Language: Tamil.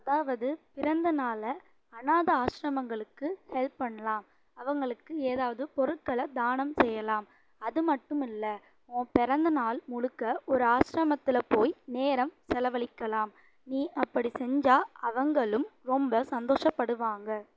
அதாவது பிறந்த நாளை அனாதை ஆஸ்ரமங்களுக்கு ஹெல்ப் பண்ணலாம் அவங்களுக்கு ஏதாவது பொருட்களை தானம் செய்யலாம் அது மட்டும் இல்லை உன் பிறந்த நாள் முழுக்க ஒரு ஆஸ்ரமத்தில் போய் நேரம் செலவலிக்கலாம் நீ அப்படி செஞ்சால் அவங்களும் ரொம்ப சந்தோஷப்படுவாங்கள்